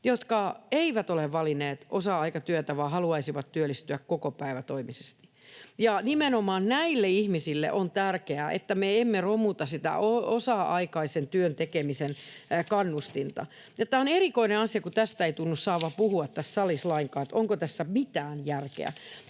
jotka eivät ole valinneet osa-aikatyötä vaan haluaisivat työllistyä kokopäivätoimisesti. Nimenomaan näille ihmisille on tärkeää, että me emme romuta sitä osa-aikaisen työn tekemisen kannustinta, ja on erikoinen asia, kun tästä ei tunnu saavan puhua tässä salissa lainkaan, että onko tässä mitään järkeä.